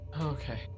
okay